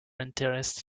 interest